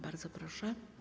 Bardzo proszę.